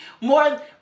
More